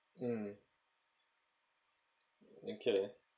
mm okay